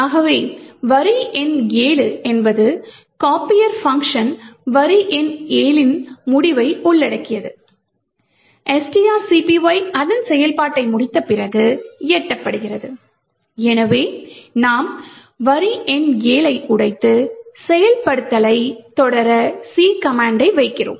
ஆகவே வரி எண் 7 என்பது copier பங்க்ஷன் வரி எண் 7 இன் முடிவை உள்ளடக்கியது strcpy அதன் செயல்பாட்டை முடித்த பிறகு எட்டப்படுகிறது எனவே நாம் வரி எண் 7 ஐ உடைத்து செயல்படுத்தலை தொடர C கமாண்டை வைக்கிறோம்